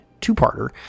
two-parter